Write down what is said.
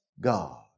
God